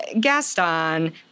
gaston